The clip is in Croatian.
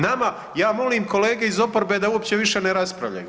Nama, ja molim kolege iz oporbe da uopće ne raspravljaju.